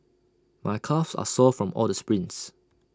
my calves are sore from all the sprints